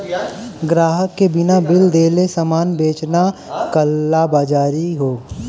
ग्राहक के बिना बिल देले सामान बेचना कालाबाज़ारी हौ